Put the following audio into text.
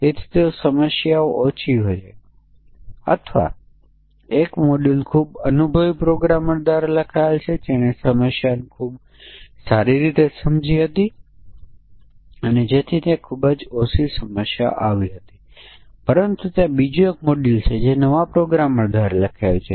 તેથી આપણી પાસે આ ફંકશન છે જે ત્રણ પરિમાણો લે છે a b c જે ફ્લોટિંગ પોઇન્ટ નંબર્સ હોઈ શકે છે અને પછી ax2bxc નું સોલ્યુશન દર્શાવે છે